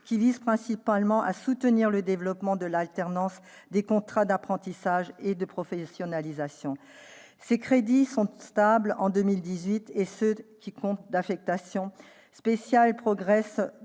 qui vise principalement à soutenir le développement de l'alternance, des contrats d'apprentissage et de professionnalisation. Ces crédits sont stables en 2018 et ceux du compte d'affectation spéciale progressent